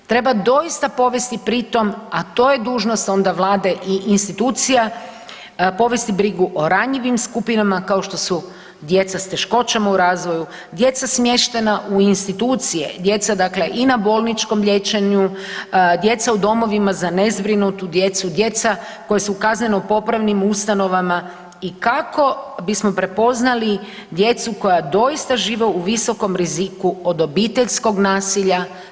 Treba doista povesti pri tom a to je dužnost onda Vlade i institucija povesti brigu o ranjivim skupinama kao što su djeca s teškoćama u razvoju, djeca smještena u institucije, djeca dakle i na bolničkom liječenju, djeca u domovima za nezbrinutu djecu, djeca koja su u kazneno popravnim ustanovama i kako bismo prepoznali djecu koja doista žive u visokom riziku od obiteljskog nasilja.